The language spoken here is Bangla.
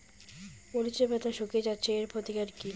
মরিচের পাতা শুকিয়ে যাচ্ছে এর প্রতিকার কি?